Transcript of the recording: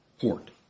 port